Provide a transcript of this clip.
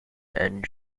and